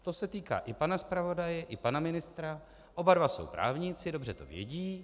To se týká i pana zpravodaje, i pana ministra, oba dva jsou právníci, dobře to vědí.